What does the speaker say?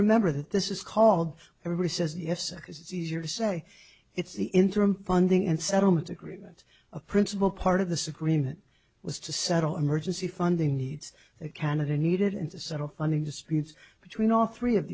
remember that this is called everybody says yes this is easier to say it's the interim funding and settlement agreement a principal part of the supreme it was to settle emergency funding needs canada needed him to settle on the disputes between all three of